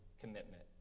commitment